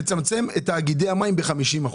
לצמצם את תאגידי המים ב-50%.